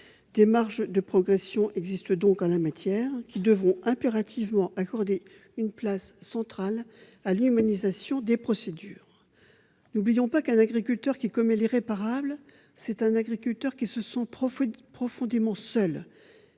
Des marges de progression existent donc en la matière ; on devra notamment accorder impérativement une place centrale à l'humanisation des procédures. N'oublions pas qu'un agriculteur qui commet l'irréparable est un agriculteur qui se sent profondément seul